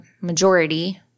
majority